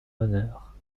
honneur